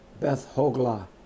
Beth-Hogla